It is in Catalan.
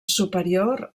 superior